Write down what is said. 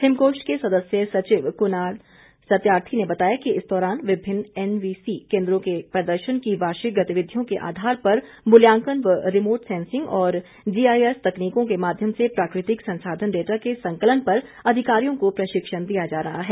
हिमकोष्ट के सदस्य सचिव कुणाल सत्यार्थी ने बताया कि इस दौरान विभिन्न एनवीसी केंद्रों के प्रदर्शन की वार्षिक गतिविधियों के आधार पर मूल्यांकन व रिमोर्ट सेसिंग और जीआईएस तकनीकों के माध्यम से प्राकृतिक संसाधन डेटा के संकलन पर अधिकारियों को प्रशिक्षण दिया जा रहा है